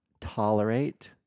tolerate